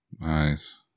nice